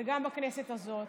וגם בכנסת הזאת,